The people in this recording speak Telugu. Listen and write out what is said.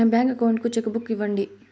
నా బ్యాంకు అకౌంట్ కు చెక్కు బుక్ ఇవ్వండి